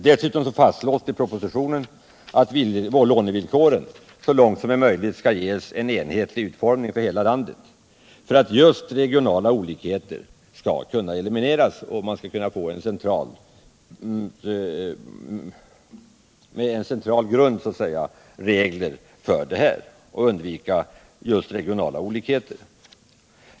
Dessutom fastslås i propositionen att lånevillkoren så långt som möjligt skall ges en enhetlig utformning för hela landet, så att man får en central grund för verksamheten, just för att eliminera regionala olikheter.